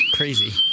crazy